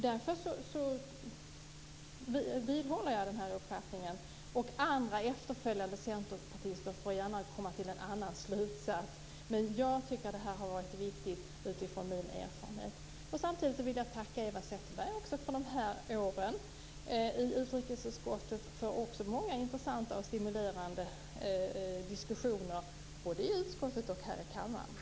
Därför vidhåller jag den här uppfattningen. Andra efterföljande centerpartister får gärna komma till en annan slutsats. Jag tycker att det här har varit viktigt utifrån min erfarenhet. Samtidigt vill jag tacka Eva Zetterberg för de här åren i utrikesutskottet och för många intressanta och stimulerande diskussioner både i utskottet och här i kammaren.